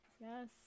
Yes